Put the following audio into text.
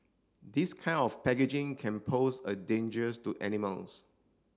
this kind of packaging can pose a dangers to animals